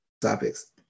topics